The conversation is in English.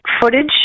footage